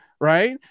Right